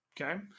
okay